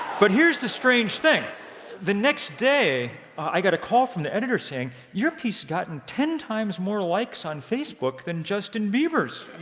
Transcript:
but here's the strange thing the next day i got a call from the editor saying, your piece has gotten ten times more likes on facebook than justin bieber's.